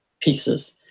pieces